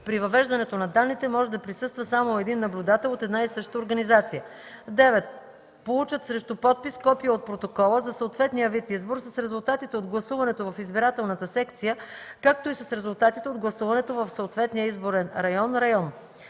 при въвеждането на данните може да присъства само един наблюдател от една и съща организация; 9. получат срещу подпис копие от протокола за съответния вид избор с резултатите от гласуването в избирателната секция, както и с резултатите от гласуването в съответния изборен район